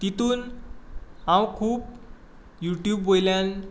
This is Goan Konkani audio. तितून हांव खूब युट्यूब वयल्यान